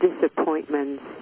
disappointments